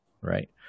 right